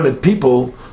people